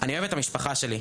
אני אוהב את המשפחה שלי,